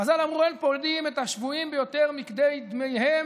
חז"ל אמרו: אין פודים את השבויים ביותר מכדי דמיהם,